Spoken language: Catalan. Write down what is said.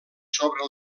sobre